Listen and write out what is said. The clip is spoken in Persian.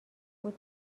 بود